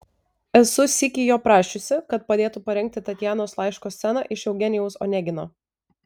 esu sykį jo prašiusi kad padėtų parengti tatjanos laiško sceną iš eugenijaus onegino